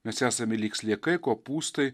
mes esame lyg sliekai kopūstai